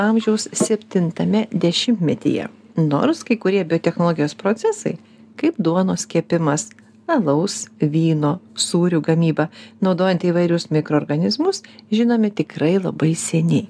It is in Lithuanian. amžiaus septintame dešimtmetyje nors kai kurie biotechnologijos procesai kaip duonos kepimas alaus vyno sūrių gamyba naudojant įvairius mikroorganizmus žinomi tikrai labai seniai